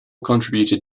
contributed